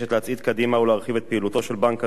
קדימה ולהרחיב את פעילותו של בנק הדואר